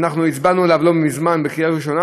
אנחנו הצבענו עליו לא מזמן בקריאה ראשונה,